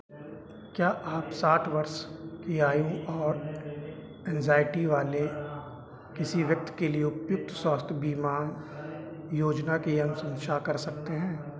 क्या आप साठ वर्ष की आयु और एंज़ाइटी वाले किसी व्यक्ति के लिए उपयुक्त स्वास्थ बीमा योजना की अनुशंसा कर सकते हैं